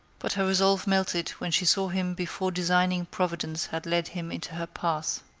but her resolve melted when she saw him before designing providence had led him into her path.